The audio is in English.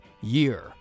year